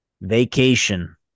vacation